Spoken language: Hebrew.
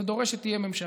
זה דורש שתהיה ממשלה.